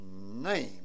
Name